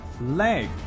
leg